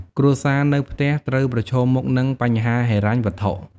គ្រួសារនៅផ្ទះត្រូវប្រឈមមុខនឹងបញ្ហាហិរញ្ញវត្ថុ។